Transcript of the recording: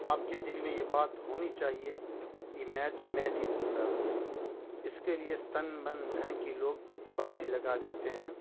آپ کے دل میں یہ بات ہونی چاہیے یہ میچ میں جیتوں گا اس کے لیے تن من دھن کی لوگ بازی لگا دیتے ہیں